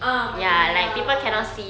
ah mata merah